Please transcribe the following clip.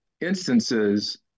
instances